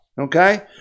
Okay